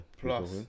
Plus